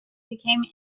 became